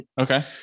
Okay